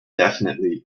definitively